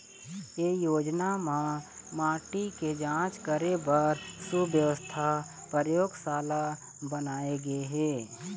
ए योजना म माटी के जांच करे बर सुवास्थ परयोगसाला बनाए गे हे